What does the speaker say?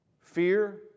Fear